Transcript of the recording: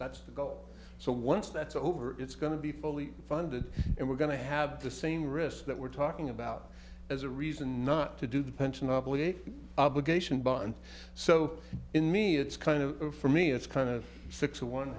that's to go so once that's over it's going to be fully funded and we're going to have the same risk that we're talking about as a reason not to do the pension obligation obligation bond so in me it's kind of for me it's kind of six of one